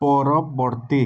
ପରବର୍ତ୍ତୀ